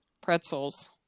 Pretzels